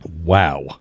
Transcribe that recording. Wow